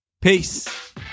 Peace